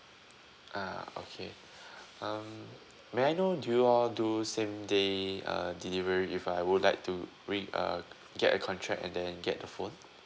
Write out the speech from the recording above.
ah okay um may I know do you all do same day uh delivery if I would like to re~ uh get a contract and then get the phone